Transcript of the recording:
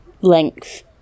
length